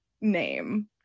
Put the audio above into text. name